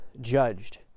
judged